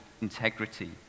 integrity